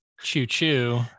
choo-choo